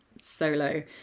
Solo